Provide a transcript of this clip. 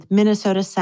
Minnesota